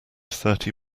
thirty